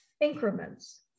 Increments